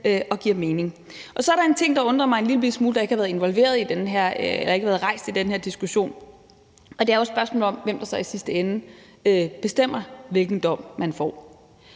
og giver mening. Så er der en ting, der undrer mig en lillebitte smule, og som ikke har været rejst i den her diskussion, og det er jo spørgsmålet om, hvem der så i sidste ende bestemmer, hvilken dom man får.